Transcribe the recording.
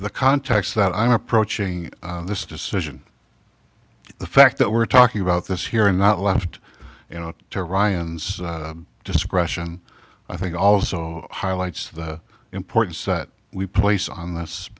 the context that i'm approaching this decision the fact that we're talking about this here and not left to ryan's discretion i think also highlights the importance that we place on this